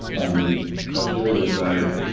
on the posterior side,